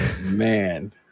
Man